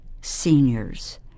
seniors